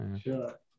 Sure